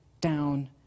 down